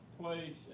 place